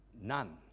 None